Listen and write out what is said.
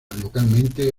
localmente